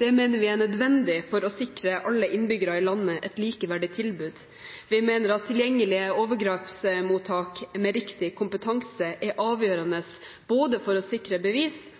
Det mener vi er nødvendig for å sikre alle innbyggere i landet et likeverdig tilbud. Vi mener at tilgjengelige overgrepsmottak med riktig kompetanse er